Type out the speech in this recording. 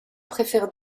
préfèrent